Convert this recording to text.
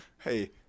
Hey